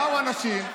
באו אנשים,